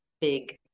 big